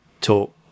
talk